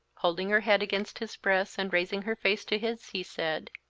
holding her head against his breast and raising her face to his, he said,